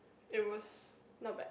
it was not bad